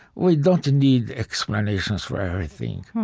we don't need explanations for everything.